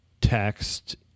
text